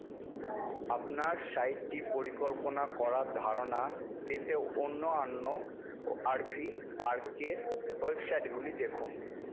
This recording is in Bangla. আপনার সাইটটি পরিকল্পনা করার ধারণা পেতে অন্যান্য আর ভি পার্কের ওয়েবসাইটগুলি দেখুন